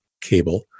cable